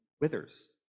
withers